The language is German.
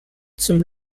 zum